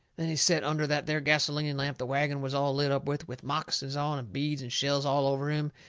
there he set, under that there gasoline lamp the wagon was all lit up with, with moccasins on, and beads and shells all over him,